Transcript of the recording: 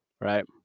Right